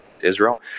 Israel